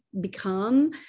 become